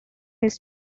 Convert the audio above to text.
his